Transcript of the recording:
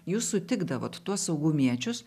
jūs sutikdavot tuos saugumiečius